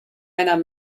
einer